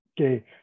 Okay